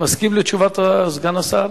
מסכים לתשובת סגן השר?